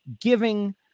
giving